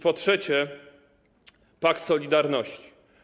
Po trzecie, pakt solidarności.